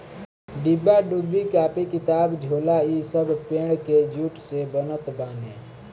डिब्बा डुब्बी, कापी किताब, झोला इ सब पेड़ के जूट से बनत बाने